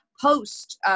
post